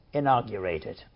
inaugurated